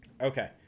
Okay